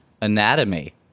anatomy